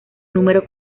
número